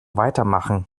weitermachen